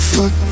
Fuck